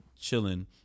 chilling